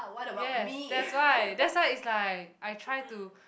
yes that's why that's why is like I try to